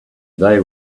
they